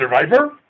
Survivor